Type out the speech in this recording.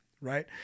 right